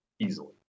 easily